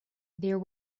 there